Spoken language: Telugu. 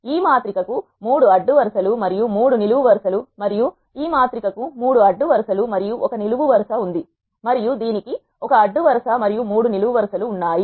ఈ మాత్రిక కు 3 అడ్డు వరుస లు మరియు 3 నిలువు వరు సలు మరియు ఈ మాత్రిక కు 3 అడ్డు వరుస లు మరియు 1 నిలువు వరుస ఉంది మరియు దీనికి 1 అడ్డు వరుస మరియు 3 నిలువు వరు సలు ఉన్నాయి